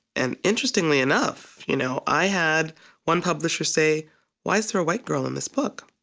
and interestingly enough you know, i had one publisher say why is there a white girl in this book?